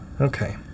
Okay